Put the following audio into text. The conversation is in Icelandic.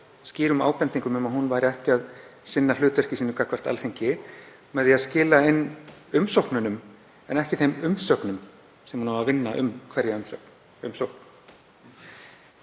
skýrum ábendingum um að hún hafi ekki sinnt hlutverki sínu gagnvart Alþingi með því að skila inn umsóknunum en ekki þeim umsögnum sem hún á að vinna um hverja umsókn.